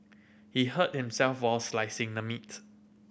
he hurt himself while slicing the meat